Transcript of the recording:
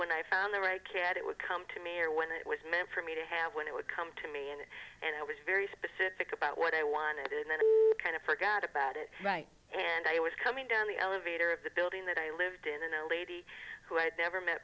when i found the right cat it would come to me or when it was meant for me to have when it would come to me and and i was very specific about what i wanted and then i kind of forgot about it right and i was coming down the elevator of the building that i lived in and a lady who had never met